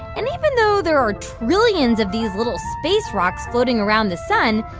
and even though there are trillions of these little space rocks floating around the sun,